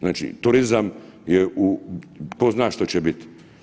Znači, turizam je u tko zna što će biti.